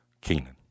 Keenan